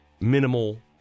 minimal